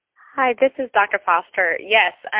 hi, this is dr. foster. yes. and